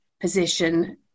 position